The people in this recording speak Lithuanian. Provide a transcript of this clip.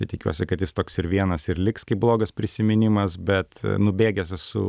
tai tikiuosi kad jis toks ir vienas ir liks kaip blogas prisiminimas bet nubėgęs esu